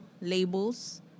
Labels